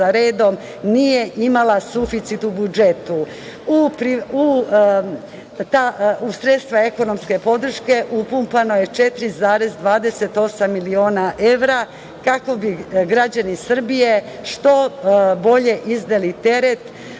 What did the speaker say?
sredstva ekonomske podrške upumpano je 4,28 miliona evra, kako bi građani Srbije što bolje izneli teret